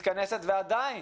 שמתכנסת בשעה 12:00 ועדיין